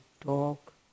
talk